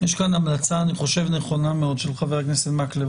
אני חושב שיש כאן המלצה נכונה מאוד של חבר הכנסת מקלב.